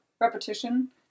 repetition